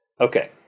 Okay